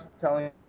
telling